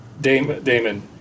Damon